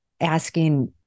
asking